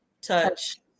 touch